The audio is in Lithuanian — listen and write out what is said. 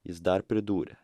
jis dar pridūrė